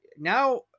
now –